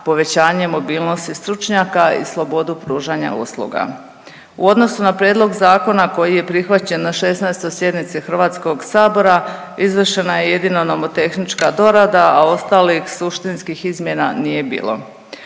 povećanje mobilnosti stručnjaka i slobodu pružanja usluga. U odnosu na prijedlog zakona koji je prihvaćen na 16. sjednici Hrvatskog sabora izvršena je jedino nomotehnička dorada, a ostalih suštinskih izmjena nije bilo.